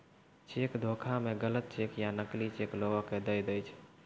cheque धोखा मे गलत चेक या नकली चेक लोगो के दय दै छै